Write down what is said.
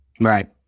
Right